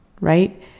right